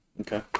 Okay